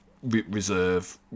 Reserve